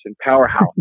Powerhouse